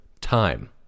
time